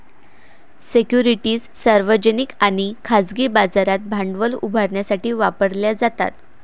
securities सार्वजनिक आणि खाजगी बाजारात भांडवल उभारण्यासाठी वापरल्या जातात